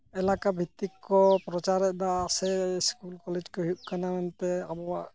ᱮᱞᱟᱠᱟ ᱵᱷᱤᱛᱛᱤᱠ ᱠᱚ ᱯᱨᱚᱪᱟᱨᱮᱫᱟ ᱥᱮ ᱥᱠᱩᱞ ᱠᱚᱞᱮᱡᱽ ᱜᱮ ᱦᱩᱭᱩᱜ ᱠᱟᱱᱟ ᱮᱱᱛᱮᱫ ᱟᱵᱚᱣᱟᱜ